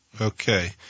Okay